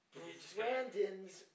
Brandon's